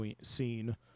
scene